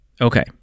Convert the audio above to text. Okay